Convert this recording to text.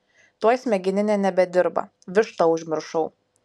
tuoj smegeninė nebedirba vištą užmiršau